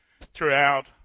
throughout